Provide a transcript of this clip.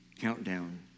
countdown